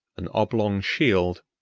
an oblong shield,